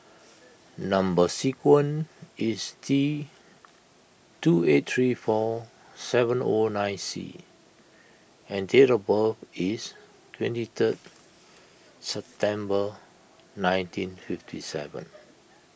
Number Sequence is T two eight three four seven O nine C and date of birth is twenty third September nineteen fifty seven